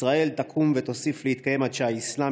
ישראל תקום ותוסיף להתקיים עד שהאסלאם